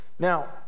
Now